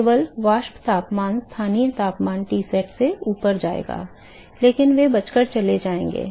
केवल वाष्प तापमान स्थानीय तापमान Tsat से ऊपर जाएगा लेकिन वे बचकर चले जाएंगे